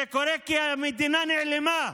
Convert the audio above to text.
זה קורה כי המדינה נעלמה.